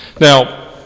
Now